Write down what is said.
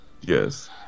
yes